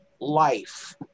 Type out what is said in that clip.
life